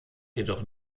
jedoch